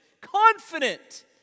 confident